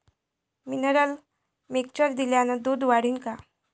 Mineral mixture दिल्यानं दूध वाढीनं का?